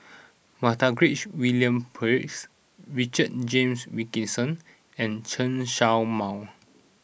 Montague William Pett Richard James Wilkinson and Chen Show Mao